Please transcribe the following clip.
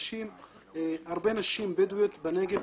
הרבה נשים בדואיות בנגב,